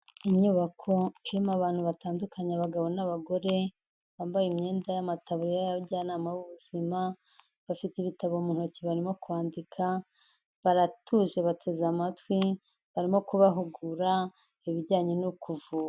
Inyubako irimo abantu batandukanye abagabo n'abagore, bambaye imyenda y'amataburiya y'abajyanama b'ubuzima, bafite ibitabo mu ntoki barimo kwandika baratuje bateze amatwi, barimo kubahugura ibijyanye no kuvura.